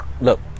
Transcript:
look